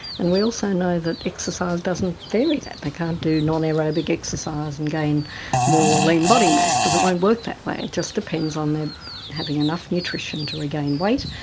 and we also know that exercise doesn't vary that, they can't do non-aerobic exercise and gain more lean body mass because it won't work that way. it just depends on their having enough nutrition to regain weight,